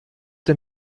der